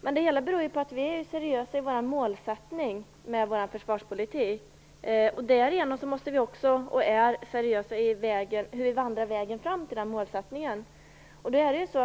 Men det hela beror på att vi är seriösa i vår målsättning med vår försvarspolitik. Därigenom är vi också seriösa när det gäller hur vi skall vandra vägen fram till målet.